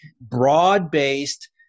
broad-based